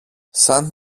σαν